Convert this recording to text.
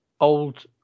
old